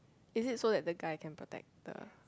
is it so that the guy can protect the